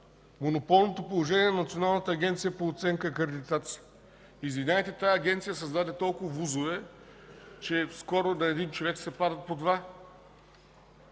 монополното положение на Националната агенция по оценка и акредитация. Извинявайте, но тази Агенция създаде толкова ВУЗ-ове, че скоро на един човек ще се падат по два,